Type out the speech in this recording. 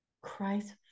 Christ